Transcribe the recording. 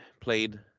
played